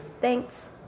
Thanks